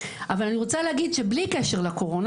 אבל אני רוצה להגיד שבלי קשר לקורונה